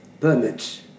permits